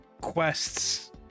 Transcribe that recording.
quests